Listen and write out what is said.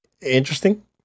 interesting